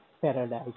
paradise